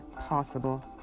possible